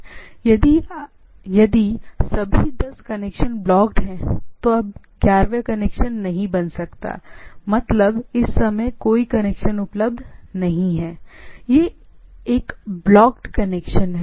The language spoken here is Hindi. इसलिए यदि कनेक्शन यदि सभी दस कनेक्शन ब्लॉकड हैं जब ग्यारहवें कनेक्शन नहीं हो सकते हैं कि इस समय कोई कनेक्शन उपलब्ध नहीं है प्रकार की चीज इसका मतलब है कि यह एक ब्लॉकड है